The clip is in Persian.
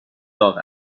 داغ